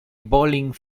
bolling